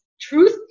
truth